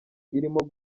irimo